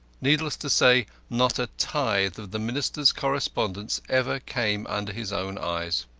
needless to say not a tithe of the minister's correspondence ever came under his own eyes.